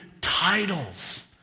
titles